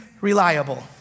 reliable